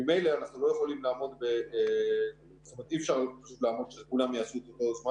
ממילא אי אפשר שכולם יעשו את אותו זמן.